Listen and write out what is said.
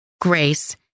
grace